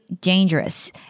dangerous